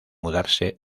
mudarse